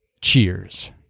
Cheers